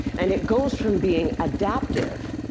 and it goes from being adaptive,